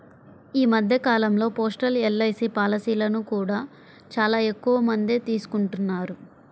ఈ మధ్య కాలంలో పోస్టల్ ఎల్.ఐ.సీ పాలసీలను కూడా చాలా ఎక్కువమందే తీసుకుంటున్నారు